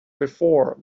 before